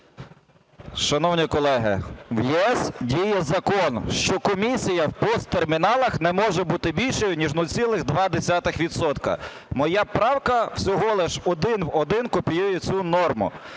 Шановні колеги, в ЄС діє закон, що комісія в POS-терміналах не може бути більшою, ніж 0,2 відсотка. Моя правка всього лиш один в один копіює цю норму.